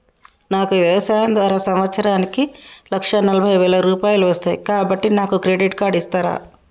నాకు వ్యవసాయం ద్వారా సంవత్సరానికి లక్ష నలభై వేల రూపాయలు వస్తయ్, కాబట్టి నాకు క్రెడిట్ కార్డ్ ఇస్తరా?